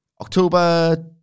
October